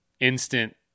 instant